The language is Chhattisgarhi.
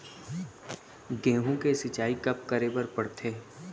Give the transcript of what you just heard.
गेहूँ के सिंचाई कब कब करे बर पड़थे?